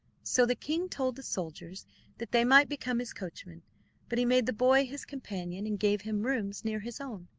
so the king told the soldiers that they might become his coachmen but he made the boy his companion, and gave him rooms near his own.